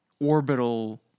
orbital